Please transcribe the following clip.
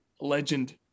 Legend